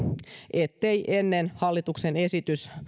ettei ennen hallituksen esitys